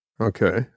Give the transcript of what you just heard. Okay